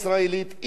אם לא מההתנחלויות.